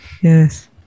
yes